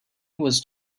was